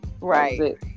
Right